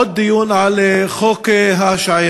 עוד דיון על חוק ההשעיה,